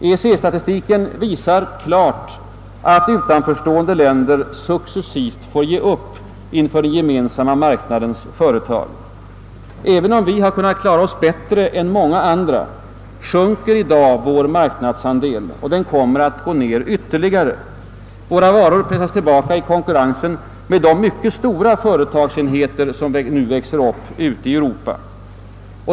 EEC-statistiken visar klart att utanförstående länder successivt får ge upp inför den gemensamma marknadens företag. även om vi har kunnat klara oss bättre än många andra, sjunker i dag vår marknadsandel. Den kommer att gå ned ytterligare. Våra varor pressas tillbaka i konkurrensen med de mycket stora företagsenheter som växer upp i Europa.